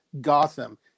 Gotham